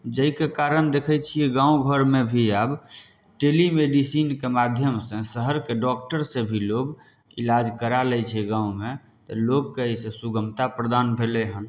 जाहिके कारण देखै छियै गाँव घरमे भी आब टेली मेडिसीनके माध्यम सऽ शहरके डॉक्टर सऽ भी लोग इलाज कराए लै छै गाँवमे तऽ लोकके एहि सऽ सुगमता प्रदान भेलै हन